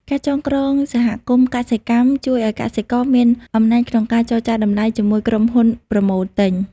ការចងក្រងសហគមន៍កសិកម្មជួយឱ្យកសិករមានអំណាចក្នុងការចរចាតម្លៃជាមួយក្រុមហ៊ុនប្រមូលទិញ។